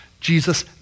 Jesus